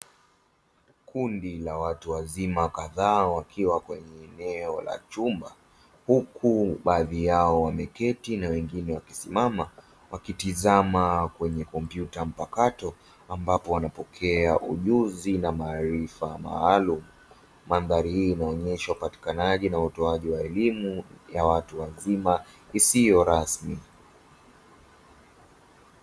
Kundi la watu wazima kadhaa wakiwa kwenye eneo la chumba, huku baadhi yao wameketi na wengine wakisimama wakitizama kwenye kompyuta mpakato, ambapo wanapokea ujuzi na maarifa maalumu. Mandhari hii inaonyesha upatikanaji na utoaji wa elimu ya watu wazima isiyo rasmi.